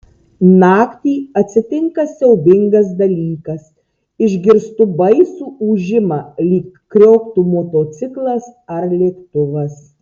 naktį atsitinka siaubingas dalykas išgirstu baisų ūžimą lyg krioktų motociklas ar lėktuvas